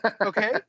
Okay